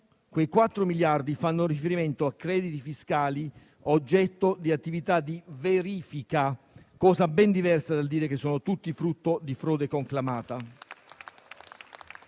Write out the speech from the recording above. quei 4 miliardi fanno riferimento a crediti fiscali oggetto di attività di verifica, cosa ben diversa dal dire che sono tutti frutto di frode conclamata.